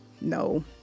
no